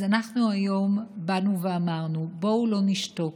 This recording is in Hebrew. אז אנחנו היום אמרנו: בואו לא נשתוק.